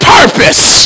purpose